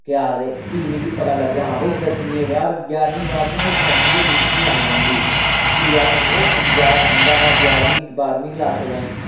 केह् आखदे फ्ही मि पता लग्गेआ हां भाई दसमीं दे बाद ञारमीं दे बाद बाह्रमीं हाई सकैंडरी ऐडमीशन लैनी पौंदी फ्ही अ'ऊं उत्त बजार जंदा हा ञारमी बाह्रमीं क्लास ताईं